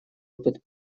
опыт